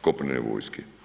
kopnene vojske.